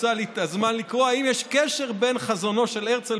אמצא לי את הזמן לקרוא אם יש קשר בין חזונו של הרצל